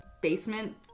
basement